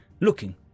looking